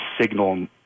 signal